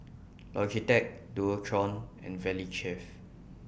Logitech Dualtron and Valley Chef